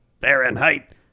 Fahrenheit